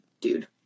Dude